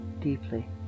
deeply